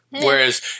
Whereas